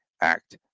act